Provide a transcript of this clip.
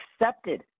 accepted